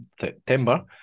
September